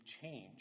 change